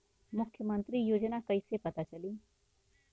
मुख्यमंत्री योजना कइसे पता चली?